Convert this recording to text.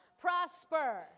prosper